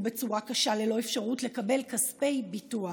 בצורה קשה ללא אפשרות לקבל כספי ביטוח.